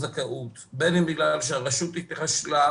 כשיד אחת לא יודעת מה היד השנייה עושה.